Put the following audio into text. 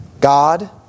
God